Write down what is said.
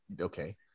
okay